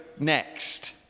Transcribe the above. Next